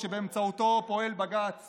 שבאמצעותו פועל בג"ץ